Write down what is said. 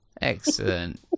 excellent